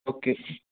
okay